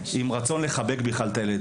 עם רצון לחבק את הילד,